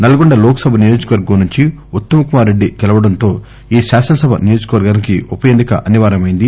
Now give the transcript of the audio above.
నల్గొండ లోక్ సభ నియోజకవర్గం నుంచి ఉత్తమ్ కుమార్ రెడ్డి గెలవడంతో ఈ శాసనసభ నియోజకవర్గానికి ఉప ఎన్సిక అనివార్యమైంది